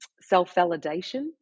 self-validation